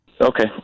Okay